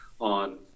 on